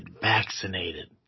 vaccinated